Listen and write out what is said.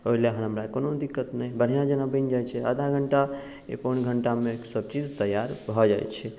ओहिलए हमरा कोनो दिक्कत नहि बढ़िआँ जेना बनि जाइ छै आधा घन्टा या पौन घन्टामे सब चीज तैआर भऽ जाइ छै